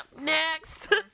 Next